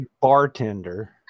bartender